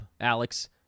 Alex